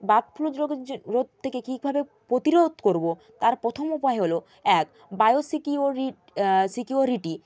bird flu রোগের যে রোগ থেকে কীভাবে প্রতিরোধ করবো তার প্রথম উপায় হল এক বায়োসিকিউরি সিকিউরিটি